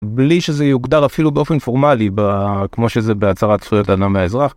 בלי שזה יוגדר אפילו באופן פורמלי, כמו שזה בהצהרת זכויות האדם והאזרח.